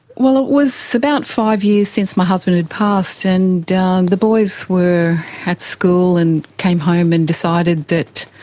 well, it was about five years since my husband had passed, and the boys were at school and came home and decided that,